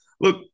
look